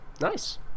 Nice